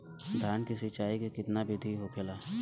धान की सिंचाई की कितना बिदी होखेला?